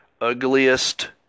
ugliest